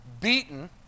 beaten